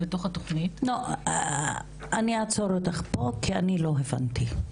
אני אעצור אותך כאן, כי לא הבנתי,